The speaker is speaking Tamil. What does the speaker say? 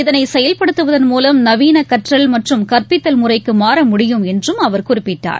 இதனை செயல்படுத்துவதன் மூலம் நவீன கற்றல் மற்றும் கற்பித்தல் முறைக்கு மாற முடியும் என்றும் அவர் குறிப்பிட்டார்